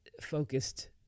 focused